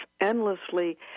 endlessly